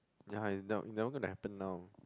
ya they are they are not gonna happen now